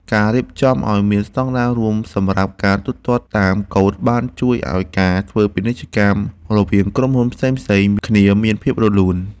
ការរៀបចំឱ្យមានស្តង់ដាររួមសម្រាប់ការទូទាត់តាមកូដបានជួយឱ្យការធ្វើពាណិជ្ជកម្មរវាងក្រុមហ៊ុនផ្សេងៗគ្នាមានភាពរលូន។